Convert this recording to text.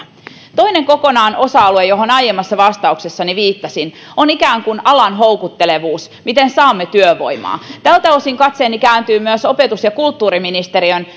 toinen osa alue johon aiemmassa vastauksessani viittasin on ikään kuin alan houkuttelevuus se miten saamme työvoimaa tältä osin katseeni kääntyy myös opetus ja kulttuuriministeriön